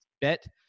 Bet